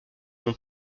son